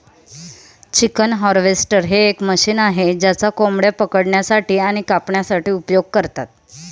chicken harvester हे एक machine आहे ज्याचा कोंबड्या पकडण्यासाठी आणि कापण्यासाठी उपयोग करतात